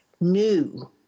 new